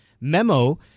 memo